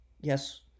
Yes